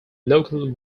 local